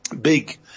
big